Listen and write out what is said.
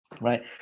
right